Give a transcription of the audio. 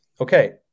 okay